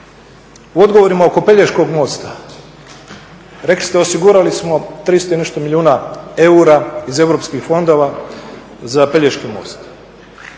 U odgovorima oko Pelješkog mosta rekli ste osigurali smo 300 i nešto milijuna eura iz europskih fondova za Pelješki most.